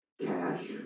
cash